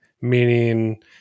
Meaning